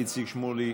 איציק שמולי,